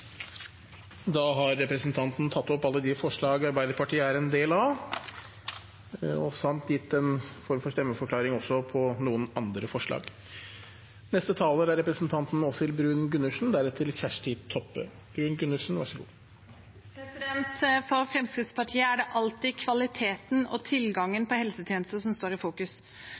Da har representanten Ingvild Kjerkol tatt opp de forslagene hun refererte til, samt gitt en stemmeforklaring i tilknytning til en del andre forslag. For Fremskrittspartiet er det alltid kvaliteten og tilgangen på helsetjenester som står i fokus.